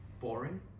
boring